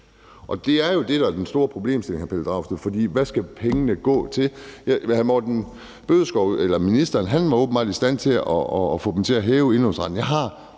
på. Det er jo det, der er den store problemstilling, hr. Pelle Dragsted, for hvad skal pengene gå til? Erhvervsministeren er åbenbart i stand til at få dem til at hæve indlånsrenten.